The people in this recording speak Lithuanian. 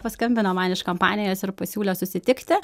paskambino man iš kompanijos ir pasiūlė susitikti